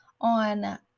on